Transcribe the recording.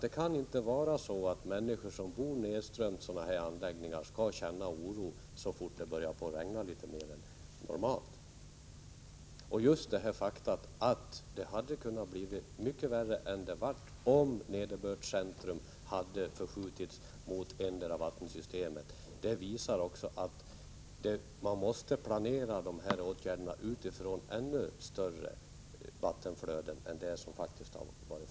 Det får inte vara så att människor som bor nedströms sådana här anläggningar skall behöva känna oro så fort det börjar regna litet mer än normalt. Just det faktum att resultatet hade kunnat bli mycket värre än det blev, om nederbördscentrum hade förskjutits mot endera vattensystemet, visar också att man måste planera dessa åtgärder med hänsyn tagen till ännu större vattenflöden än som faktiskt förekom.